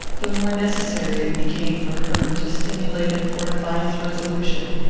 the more necessary it became for her to stimulate and fortify his resolution.